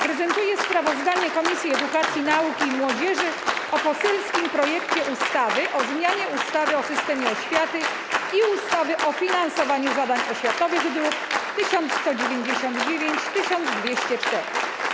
Prezentuję sprawozdanie Komisji Edukacji, Nauki i Młodzieży o poselskim projekcie ustawy o zmianie ustawy o systemie oświaty i ustawy o finansowaniu zadań oświatowych, druki nr 1199 i 1204.